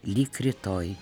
lig rytoj